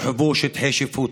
ויורחבו שטחי שיפוט.